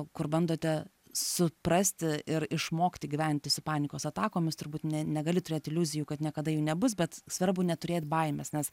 kur bandote suprasti ir išmokti gyventi su panikos atakomis turbūt ne negali turėti iliuzijų kad niekada jų nebus bet svarbu neturėt baimės nes